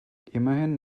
immerhin